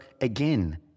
again